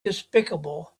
despicable